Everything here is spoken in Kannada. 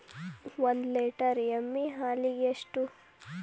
ಒಂದು ಲೇಟರ್ ಎಮ್ಮಿ ಹಾಲಿಗೆ ಎಷ್ಟು?